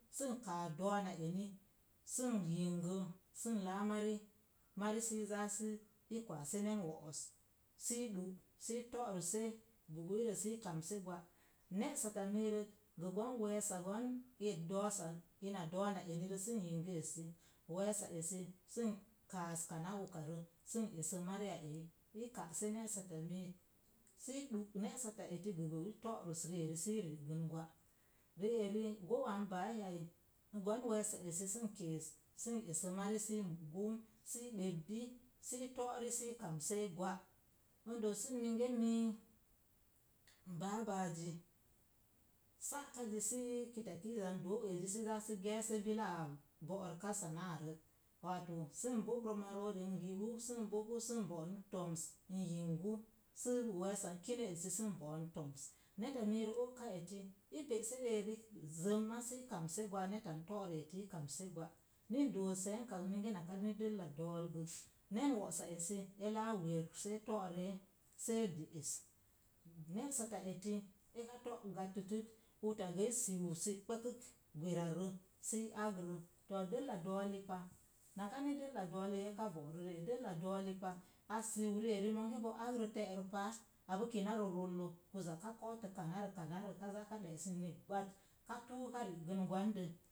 Sən kaa doona eni sən yingə, sən laa mari, mari sii zaa si kwaase nen wo'os, sil du’ sii to'rəse buggui rə sii kamse gwa. Ne'sata mirət gəgon weesu gon doosa ina doona eni rə sən yingə esi, wees sa esi sən kaas kana ukarə sən esə miriya eyi sii ka'sa ne'sata miit, sii dú ne'sat a eti gə gal to'rəs ribari sii ri'gəngwa. Ri'eri gowa n baai ai, gwan weesa esi sən kees esə mari sii mu'gou, sii ɓebdi, sii to'ri sii komsei gwa'. N doosən munge mii, n baabaazi, sa'ka zi sii kita kiiza n dou ezi sə zaa sə geese bilaa borəka sana'a rək. Wato sən bogrə marori, n yiu sən bogu sən bo'nu toms, n yingu sə weessa n kinə esi sən bo'on toms. Neta mii rə o'ka eti, i pe'se re'eri zəmma sii kamse gwa neta n to'rə eti i kamse gwa. Indoo seenkak gə minge naka dəlla dool gə nen wo'sa esi laa werək see to’ ree see deres, ne'sat ta eti eka to’ gatətət, utu gəi siu sibgba kək gwera rə sii agrə. Too dəlla dookipa, naka ni dəlla dooli eka gorə ri'eri, dəlla dooa pa asiu ri'eri monge bo agrə te'rə paa apu kina rə rollə, uza kootə kana kə, kanarə ka zaa ka ɗe'es inni gbat, ka tunka rigən gondə